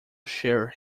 share